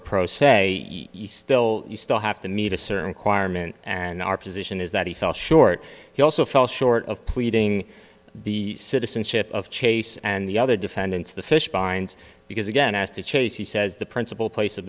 for pro se you still you still have to meet a certain requirements and our position is that he fell short he also fell short of pleading the citizenship of chase and the other defendants the fish binds because again as to chase he says the principal place of